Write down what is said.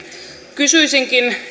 kysyisinkin